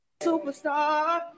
Superstar